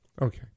Okay